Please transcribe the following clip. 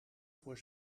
voor